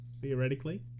theoretically